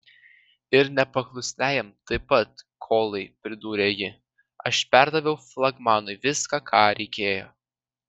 ir nepaklusniajam taip pat kolai pridūrė ji aš perdaviau flagmanui viską ką reikėjo